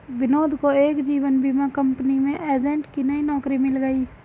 विनोद को एक जीवन बीमा कंपनी में एजेंट की नई नौकरी मिल गयी